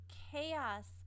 chaos